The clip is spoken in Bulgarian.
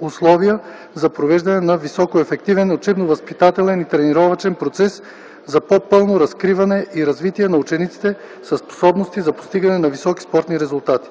условия за провеждане на високоефективен учебно-възпитателен и тренировъчен процес за по-пълно разкриване и развитие на учениците със способности за постигане на високи спортни резултати.